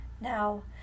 Now